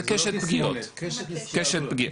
זה קשת נזקי אלכוהול.